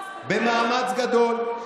במאמץ גדול,